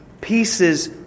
Pieces